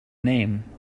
name